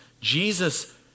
Jesus